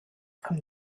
kommt